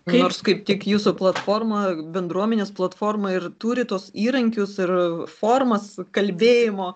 nors kaip tik jūsų platforma bendruomenės platforma ir turi tuos įrankius ir formas kalbėjimo